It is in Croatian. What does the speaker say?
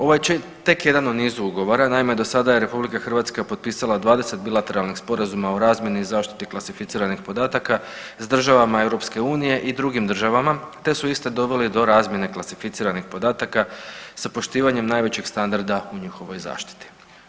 Ovo je tek jedan u nizu ugovora, naime do sada je RH potpisala 20 bilateralnih sporazuma o razmjeni i zaštiti klasificiranih podataka s državama EU i drugim državama te su isti doveli do razmjene klasificiranih podataka sa poštivanjem najvećeg standarda u njihovoj zaštiti.